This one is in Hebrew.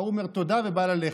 וההוא אומר תודה ובא ללכת.